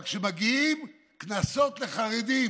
אבל כשמגיעים קנסות לחרדים,